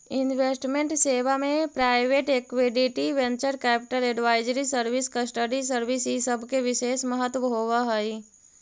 investment सेवा में private equity, venture capital, advisory service, custody service इ सब के विशेष महत्व होवऽ हई